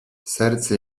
serce